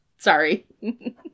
Sorry